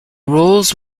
rolls